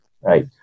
Right